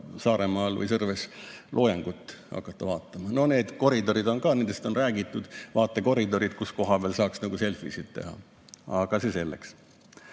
Saaremaal või Sõrves loojangut hakata vaatama. No need koridorid on ka, nendest on räägitud, vaatekoridorid, kus koha peal saaks selfisid teha. Aga see selleks.